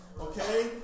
okay